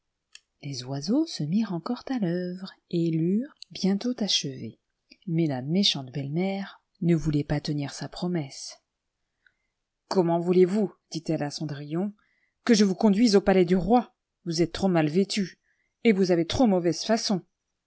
les oiseaux se mireni encore à l'œuvre et l'eurent bientôt achevée mais la méchante belle-mère ne voulait pas tenir sa promesse comment voulez-vous dit-elle à cendrillon que je vous conduise au palais du roi vous êtes trop mal vêtue et vous avez trop mauvaise façon